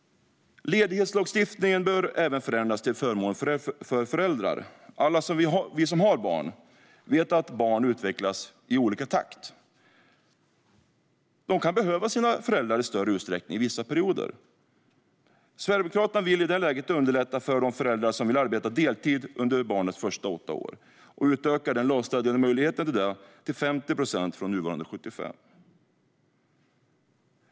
Ledighetslagstiftningen bör även förändras till förmån för föräldrar. Alla vi som har barn vet att barn utvecklas i olika takt. De kan behöva sina föräldrar i större utsträckning under vissa perioder. Sverigedemokraterna vill underlätta för de föräldrar som vill arbeta deltid under barnens första åtta år. Vi vill utöka den lagstadgade möjligheten till detta genom att sänka till 50 procent från nuvarande 75.